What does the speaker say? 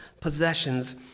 possessions